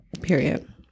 period